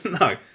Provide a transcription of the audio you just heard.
No